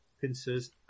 Pincers